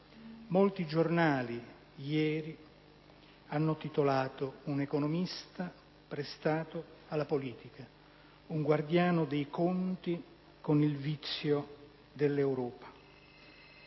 Molti giornali ieri hanno titolato: «Un economista prestato alla politica, un guardiano dei conti con il vizio dell'Europa».